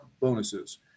bonuses